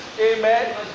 Amen